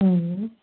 हूं